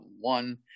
one